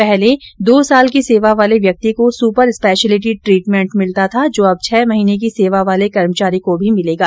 पहले दो वर्ष की सेवा वाले व्यक्ति को सुपर स्पेशिलिटी ट्रीटमेंट मिलता था जो अब छह महीने की सेवा वाले कर्मचारी को भी मिलेगा